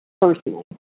personally